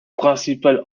principal